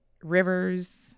rivers